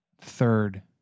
third